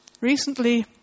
recently